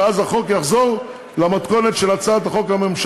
ואז החוק יחזור למתכונת של ההצעה הממשלתית.